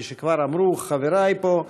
כפי שכבר אמרו חבריי פה,